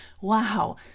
wow